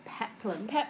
peplum